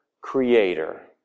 creator